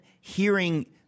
hearing